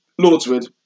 Lordswood